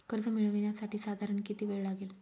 कर्ज मिळविण्यासाठी साधारण किती वेळ लागेल?